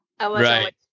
Right